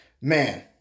Man